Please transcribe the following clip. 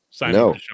No